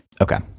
Okay